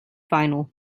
vinyl